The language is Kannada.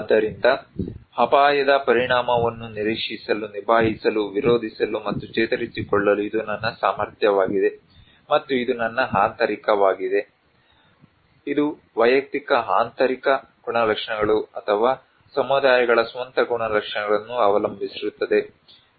ಆದ್ದರಿಂದ ಅಪಾಯದ ಪರಿಣಾಮವನ್ನು ನಿರೀಕ್ಷಿಸಲು ನಿಭಾಯಿಸಲು ವಿರೋಧಿಸಲು ಮತ್ತು ಚೇತರಿಸಿಕೊಳ್ಳಲು ಇದು ನನ್ನ ಸಾಮರ್ಥ್ಯವಾಗಿದೆ ಮತ್ತು ಇದು ನನ್ನ ಆಂತರಿಕವಾಗಿದೆ ಇದು ವೈಯಕ್ತಿಕ ಆಂತರಿಕ ಗುಣಲಕ್ಷಣಗಳು ಅಥವಾ ಸಮುದಾಯಗಳ ಸ್ವಂತ ಗುಣಲಕ್ಷಣಗಳನ್ನು ಅವಲಂಬಿಸಿರುತ್ತದೆ